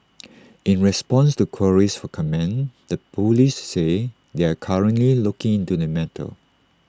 in response to queries for comment the Police said they are currently looking into the matter